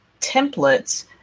templates